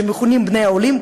שמכונים "בני העולים",